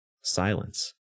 silence